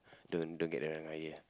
don't don't get the wrong idea